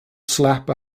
slap